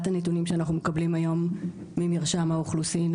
הנתונים שאנחנו מקבלים היום ממרשם האוכלוסין,